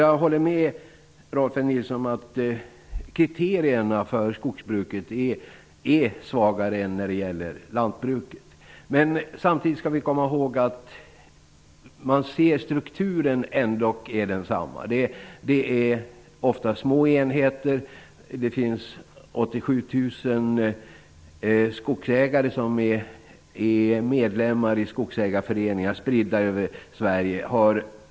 Jag håller med Rolf L Nilson om att kriterierna för skogsbruket är svagare än när det gäller lantbruket. Men samtidigt skall vi komma ihåg att strukturen ändock är densamma. Det är ofta små enheter. 87 000 skogsägare är medlemmar i skogsägarföreningar, spridda över Sverige.